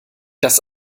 das